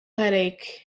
headache